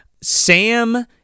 Sam